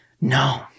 No